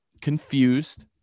confused